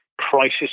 crisis